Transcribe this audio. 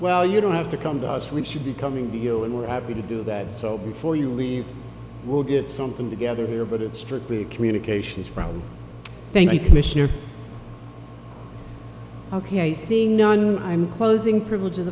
well you don't have to come to us we should be coming to you and we're happy to do that so before you leave we'll get something together here but it's strictly a communications from thank you commissioner ok seeing don i'm closing privilege